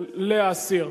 להסיר.